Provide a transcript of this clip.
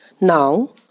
Now